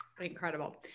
Incredible